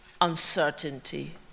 uncertainty